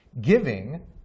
giving